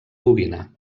bovina